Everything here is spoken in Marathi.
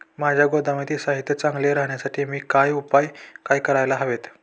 माझ्या गोदामातील साहित्य चांगले राहण्यासाठी मी काय उपाय काय करायला हवेत?